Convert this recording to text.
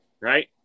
right